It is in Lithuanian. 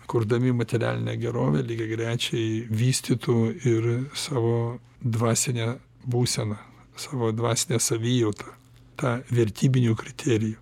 kurdami materialinę gerovę lygiagrečiai vystytų ir savo dvasinę būseną savo dvasinę savijautą vertybinių kriterijų